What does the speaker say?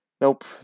Nope